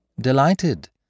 Delighted